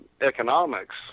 economics